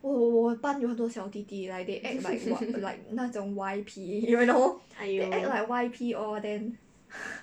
我我我班有很多小弟弟 like they act like !wah! 那种 Y_P you know they act like Y_P all then